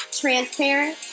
transparent